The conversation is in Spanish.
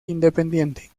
independiente